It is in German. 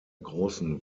großen